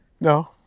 No